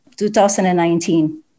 2019